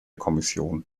kommission